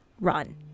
Run